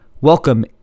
Welcome